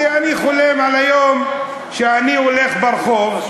כי אני חולם על היום שבו אני הולך ברחוב,